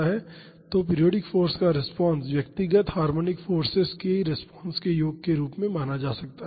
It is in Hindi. तो पीरियाडिक फाॅर्स का रिस्पांस व्यक्तिगत हार्मोनिक फोर्सेज की रेस्पॉन्सेस के योग के रूप में भी माना जा सकता है